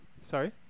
Sorry